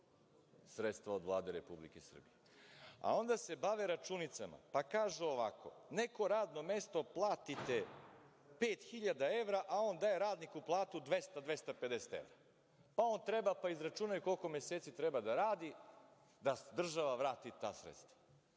sredstva od Vlade Republike Srbije. Onda se bave računicama, pa kažu ovako – neko radno mesto platite pet hiljada evra, a on daje radniku platu 200, 250 evra. Pa on treba, pa izračunaj koliko meseci treba da radi, da država vrati ta sredstva.